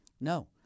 no